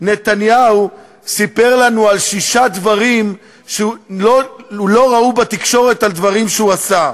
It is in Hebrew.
נתניהו סיפר לנו על שישה דברים שלא ראו בתקשורת שהוא עשה,